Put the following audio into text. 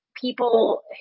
people